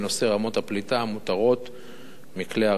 בנושא רמות הפליטה המותרות מכלי-הרכב.